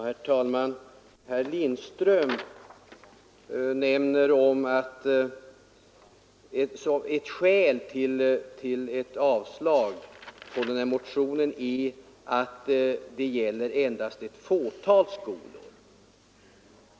Herr talman! Herr Lindström nämner att ett skäl till avslag på motionen är att det gäller endast ett fåtal skolor.